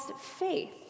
faith